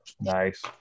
Nice